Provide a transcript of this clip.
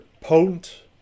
potent